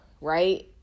Right